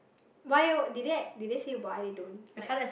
why eh did they did they say why they don't like